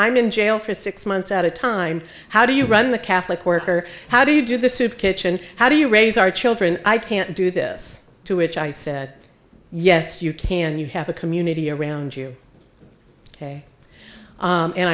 i'm in jail for six months at a time how do you run the catholic worker how do you do the soup kitchen how do you raise our children i can't do this to which i said yes you can you have a community around you